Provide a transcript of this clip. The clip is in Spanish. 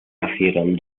nacieron